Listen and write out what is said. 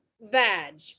Vag